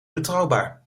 betrouwbaar